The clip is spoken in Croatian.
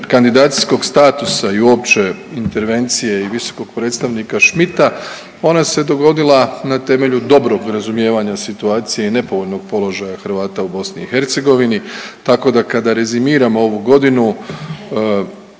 kandidacijskog statusa i uopće intervencije i visokog predstavnika Smitha ona se dogodila na temelju dobrog razumijevanja situacije i nepovoljnog položaja Hrvata u BiH, tako da kada rezimiramo ovu godinu